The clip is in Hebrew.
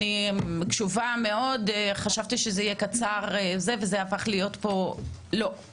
אני קשובה מאוד וחשבתי שזה יהיה קצר אבל זה הפך להיות משהו אחר אז לא,